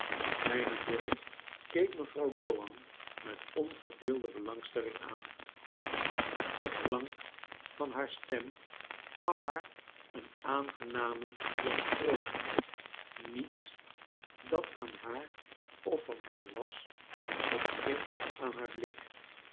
kleine dorrit keek mevrouw gowan met onverdeelde belangstelling aan kleine dorrit de klank van haar stem gaf haar een aangename doorstrooming niets dat aaa liaar of van haar was ontging aan haar blik